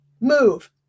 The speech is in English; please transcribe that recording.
move